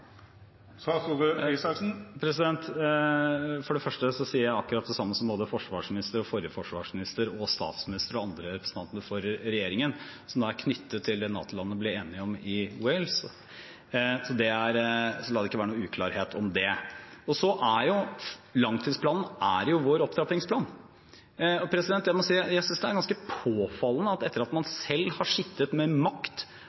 For det første sier jeg akkurat det samme som både forsvarsministeren, den forrige forsvarsministeren, statsministeren og de andre representantene for regjeringen sier, og som er knyttet til det NATO-landene ble enige om i Wales. La det ikke være noen uklarhet om det. Langtidsplanen er vår opptrappingsplan. Og jeg må si jeg synes det er ganske påfallende at man, etter at